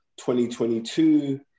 2022